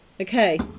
okay